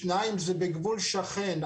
שניים, זה בגבול שכן.